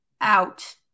out